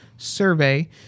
Survey